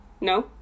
no